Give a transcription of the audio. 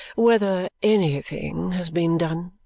whether anything has been done.